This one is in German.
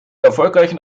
erfolgreichen